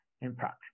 impact